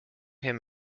him